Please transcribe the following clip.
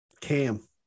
Cam